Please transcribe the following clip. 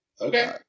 Okay